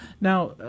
Now